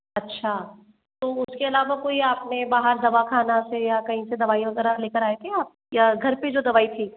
अच्छा तो उस के अलावा कोई आप ने बाहर दवाखाना से या कहीं से दवाई वगैरह ले कर आए थे आप या घर पर ही जो दवाई थी